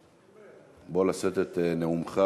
תופעת הסחר באיברים.